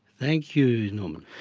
thank you norman.